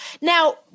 Now